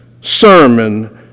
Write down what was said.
sermon